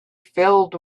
filled